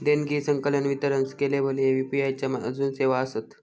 देणगी, संकलन, वितरण स्केलेबल ह्ये यू.पी.आई च्या आजून सेवा आसत